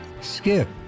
skip